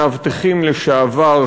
מאבטחים לשעבר,